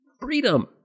freedom